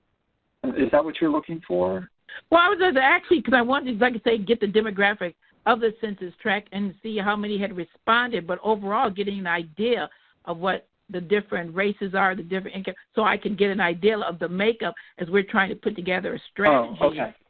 is that what you're looking for? well i was it actually because i wonder if i could say get the demographic of the census tract and see how many had responded but overall getting an idea of what the different races are the different and income so i can get an idea of the makeup as we're trying to put together a strong. okay.